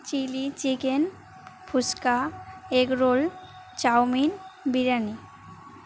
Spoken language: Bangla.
chilli chicken phuchka egg roll chow mein biryani